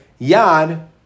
Yad